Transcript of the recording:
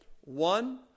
One